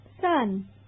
Sun